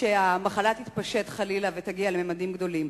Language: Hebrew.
כשהמחלה תתפשט, חלילה, ותגיע לממדים גדולים.